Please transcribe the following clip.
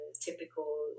typical